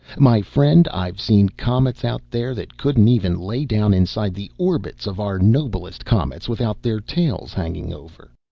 my friend, i've seen comets out there that couldn't even lay down inside the orbits of our noblest comets without their tails hanging over.